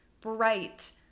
bright